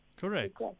Correct